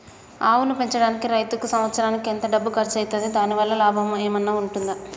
ఆవును పెంచడానికి రైతుకు సంవత్సరానికి ఎంత డబ్బు ఖర్చు అయితది? దాని వల్ల లాభం ఏమన్నా ఉంటుందా?